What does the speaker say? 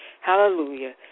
hallelujah